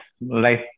life